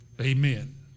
Amen